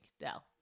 Dell